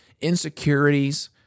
insecurities